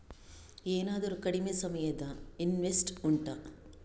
ಏನಾದರೂ ಕಡಿಮೆ ಸಮಯದ ಇನ್ವೆಸ್ಟ್ ಉಂಟಾ